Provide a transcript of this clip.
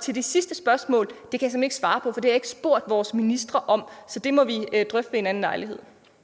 Til det sidste spørgsmål: Det kan jeg simpelt hen ikke svare på, for det har jeg ikke spurgt vores ministre om. Så det må vi drøfte ved en anden lejlighed.